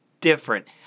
different